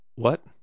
What